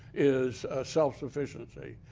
is self-sufficiency.